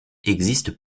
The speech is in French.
existent